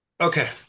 Okay